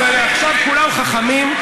אז עכשיו כולם חכמים.